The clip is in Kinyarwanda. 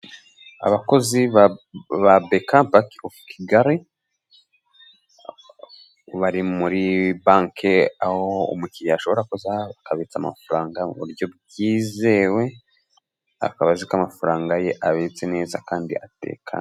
Abakozi ba beka, banki ofu Kigali, bari muri banki aho umukiriya ashobora kuza akabitsa amafaranga mu buryo bwizewe akaba azi ko amafaranga ye abitse neza kandi atekanye.